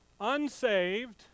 unsaved